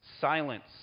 silence